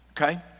Okay